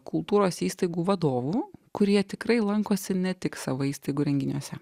kultūros įstaigų vadovų kurie tikrai lankosi ne tik savo įstaigų renginiuose